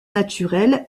naturel